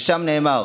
ושם נאמר